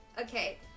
Okay